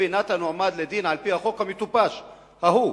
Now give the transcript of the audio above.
אייבי נתן הועמד לדין על-פי החוק המטופש ההוא.